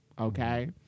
Okay